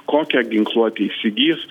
kokią ginkluotę įsigys